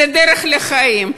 זו דרך לחיים.